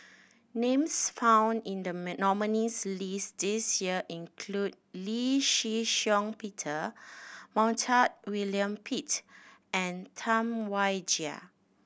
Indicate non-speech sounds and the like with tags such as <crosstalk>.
names found in the <unintelligible> nominees' list this year include Lee Shih Shiong Peter Montague William Pett and Tam Wai Jia